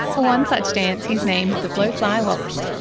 one such dance he has named the blowfly waltz.